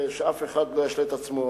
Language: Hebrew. שאף אחד לא ישלה את עצמו.